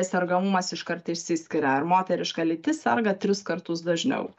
sergamumas iškart išsiskiria ir moteriška lytis serga tris kartus dažniau